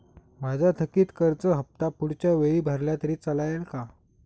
माझा थकीत कर्ज हफ्ता पुढच्या वेळी भरला तर चालेल का?